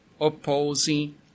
opposing